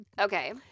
Okay